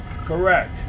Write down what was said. Correct